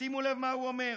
ותשימו לב מה הוא אומר: